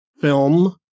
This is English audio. film